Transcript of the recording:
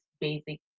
basic